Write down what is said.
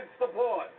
support